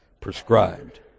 prescribed